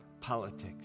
politics